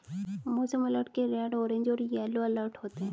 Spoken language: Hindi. मौसम अलर्ट के रेड ऑरेंज और येलो अलर्ट होते हैं